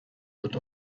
wird